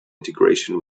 integration